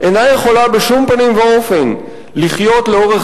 אינה יכולה בשום פנים ואופן לחיות לאורך